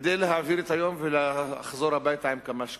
כדי להעביר את היום ולחזור הביתה עם כמה שקלים,